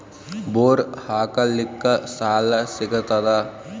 Bore ಹಾಕಲಿಕ್ಕ ಸಾಲ ಸಿಗತದ?